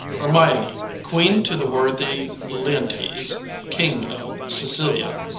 hermione, queen to the worthy leontes, king of sicilia,